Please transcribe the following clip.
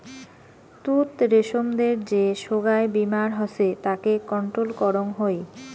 তুত রেশমদের যে সোগায় বীমার হসে তাকে কন্ট্রোল করং হই